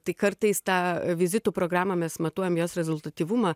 tai kartais tą vizitų programą mes matuojam jos rezultatyvumą